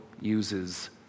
uses